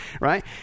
right